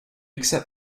accept